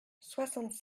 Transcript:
soixante